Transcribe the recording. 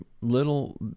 little